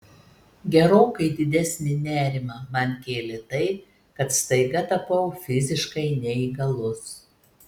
gerokai didesnį nerimą man kėlė tai kad staiga tapau fiziškai neįgalus